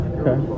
okay